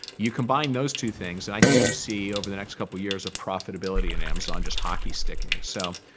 you combine those two things, and i think you see over the next couple of years of profitability and amazon just hockey sticking. so